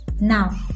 Now